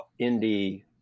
indie